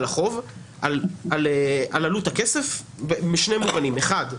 החוב על עלות הכסף בשני מובנים: האחד,